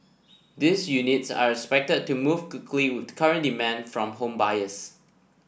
these units are expected to move quickly with the current demand from home buyers